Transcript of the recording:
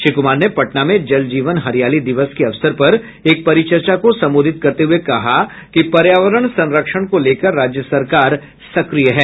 श्री कुमार ने पटना में जल जीवन हरियाली दिवस के अवसर पर एक परिचर्चा को संबोधित करते हुए कहा कि पर्यावरण संरक्षण को लेकर राज्य सरकार सक्रिय है